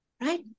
Right